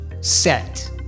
set